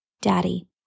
Daddy